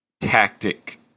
tactic